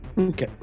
okay